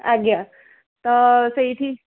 ଆଜ୍ଞା ତ ସେଇଠି